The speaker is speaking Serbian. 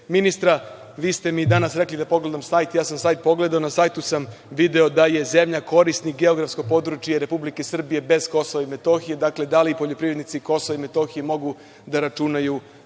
ministra, vi ste mi danas rekli da pogledam sajt, ja sam sajt pogledao i na sajtu sam video da je zemlja korisnik geografskog područja Republike Srbije bez Kosova i Metohije. Dakle, da li poljoprivrednici KiM mogu da računaju na